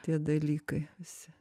tie dalykai visi